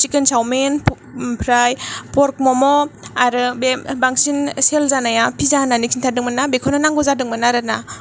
chicken सावमिन ओमफ्राय पर्क मम' आरो बे बांसिन सेल जानाया पिजा होन्नानै खिन्थादोंमोन ना बेखौनो नांगौ जादोंमोन आरोना